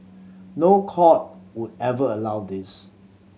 no court would ever allow this